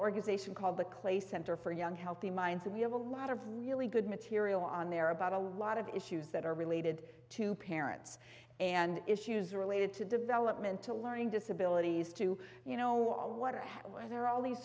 organization called the clay center for young healthy minds and we have a lot of really good material on there about a lot of issues that are related to parents and issues related to development to learning disabilities to you know what or where all these